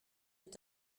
est